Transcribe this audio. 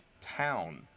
town